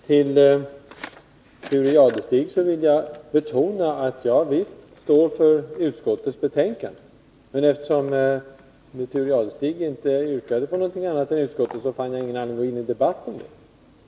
Herr talman! Jag vill betona, Thure Jadestig, att jag visst står för utskottets betänkande — men eftersom Thure Jadestig inte yrkade på något annat än utskottets hemställan fann jag ingen anledning att gå in i en debatt om det.